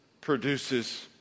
produces